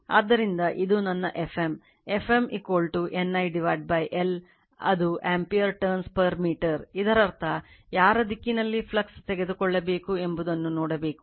ಆದ್ದರಿಂದ ಇದು ನನ್ನ Fm Fm ಈ N I l ಅದು ampere turns per meter ಇದರರ್ಥ ಯಾರ ದಿಕ್ಕಿನಲ್ಲಿ ಫ್ಲಕ್ಸ್ ತೆಗೆದುಕೊಳ್ಳಬೇಕು ಎಂಬುದನ್ನು ನೋಡಬೇಕು